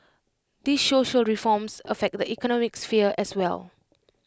these social reforms affect the economic sphere as well